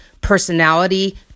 personality